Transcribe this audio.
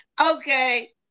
Okay